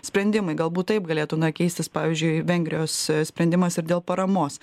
sprendimai galbūt taip galėtų na keistis pavyzdžiui vengrijos sprendimas ir dėl paramos